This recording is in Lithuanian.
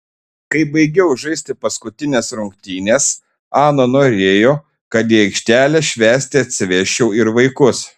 kai baigiau žaisti paskutines rungtynes ana norėjo kad į aikštelę švęsti atsivesčiau ir vaikus